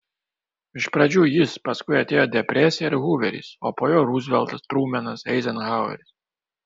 iš pradžių jis paskui atėjo depresija ir huveris o po jo ruzveltas trumenas eizenhaueris